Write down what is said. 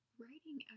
writing